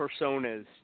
personas